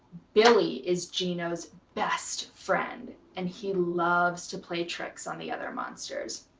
billy is gino's best friend, and he loves to play tricks on the other monsters.